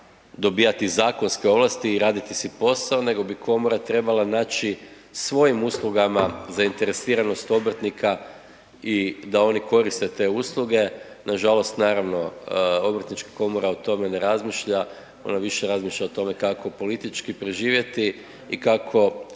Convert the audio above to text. dobivati zakonske ovlasti i raditi si posao, nego bi komora trebala naći svojim uslugama zainteresiranost obrtnika i da oni koriste te usluge. Nažalost naravno Obrtnička komora o tome ne razmišlja, ona više razmišlja o tome kako politički preživjeti i kako